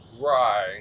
right